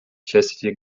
chastity